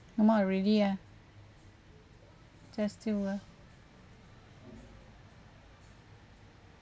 come out already ah just to uh